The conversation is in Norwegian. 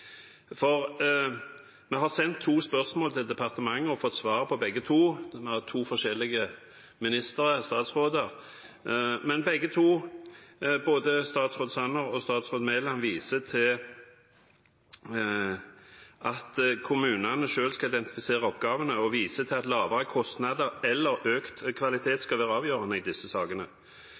posisjonen. Vi har sendt to spørsmål til departementet og fått svar på begge to, fra to forskjellige statsråder. Både statsråd Sanner og statsråd Mæland viser til at kommunene selv skal identifisere oppgavene, og at lavere kostnader eller økt kvalitet skal være avgjørende i disse sakene.